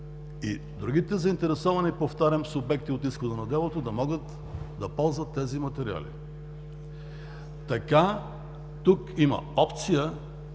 и другите заинтересовани, повтарям, субекти от изхода на делото да могат да ползват тези материали. Така тук има опция